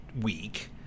week